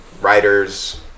writers